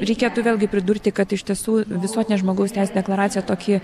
reikėtų vėlgi pridurti kad iš tiesų visuotinė žmogaus teisių deklaracija tokį